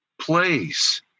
place